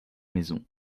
maisons